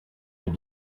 had